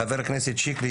חבר הכנסת שיקלי,